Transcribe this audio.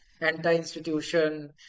anti-institution